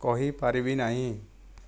କହିପାରିବି ନାହିଁ